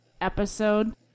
episode